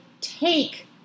take